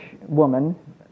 woman